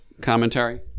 commentary